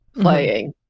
playing